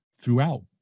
throughout